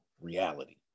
reality